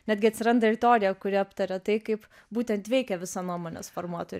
netgi atsiranda ir teorija kuri aptaria tai kaip būtent veikia visa nuomonės formuotojų